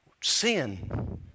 sin